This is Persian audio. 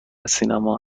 سینما